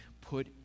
put